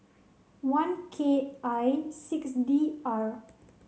one K I six D R